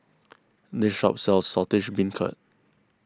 this shop sells Saltish Beancurd